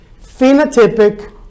phenotypic